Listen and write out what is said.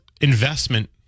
investment